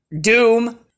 Doom